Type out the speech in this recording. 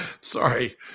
Sorry